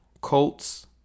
Colts